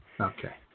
okay